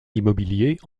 l’immobilier